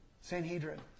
Sanhedrin